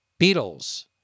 Beatles